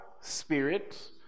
Spirit